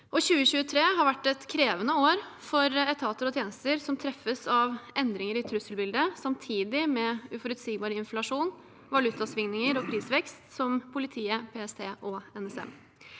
2023 har vært et krevende år for etater og tjenester som treffes av endringer i trusselbildet, samtidig med uforutsigbar inflasjon, valutastigninger og prisvekst, som politiet, PST og NSM.